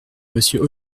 monsieur